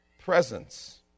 presence